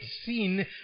seen